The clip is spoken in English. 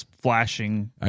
flashing